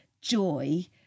joy